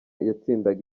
yatsindaga